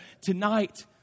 Tonight